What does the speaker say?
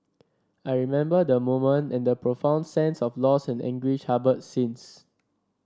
I remember the moment and the profound sense of loss and anguish harboured since